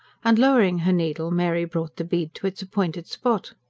and lowering her needle, mary brought the bead to its appointed spot.